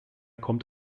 kommt